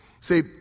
See